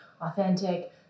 authentic